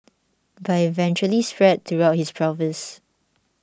but it eventually spread throughout his pelvis